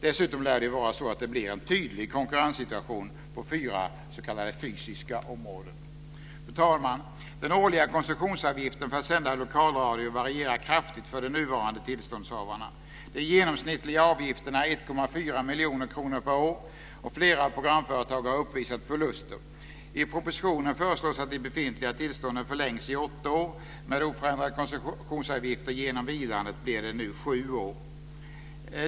Dessutom lär det vara så att det blir en tydlig konkurrenssituation på fyra s.k. fysiska områden. Fru talman! Den årliga koncessionsavgiften för att sända lokalradio varierar kraftigt för de nuvarande tillståndshavarna. Den genomsnittliga avgiften är 1,4 miljoner kronor per år. Flera programföretag har uppvisat förluster. I propositionen föreslås att de befintliga tillstånden förlängs i åtta år med oförändrade koncessionsavgifter. Genom vilandet blir det nu sju år.